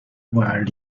where